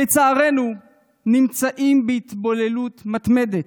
שלצערנו נמצאים בהתבוללות מתמדת: